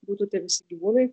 būtų tie visi gyvūnai